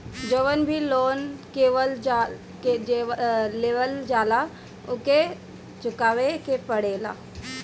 जवन भी लोन लेवल जाला उके चुकावे के पड़ेला